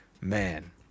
Man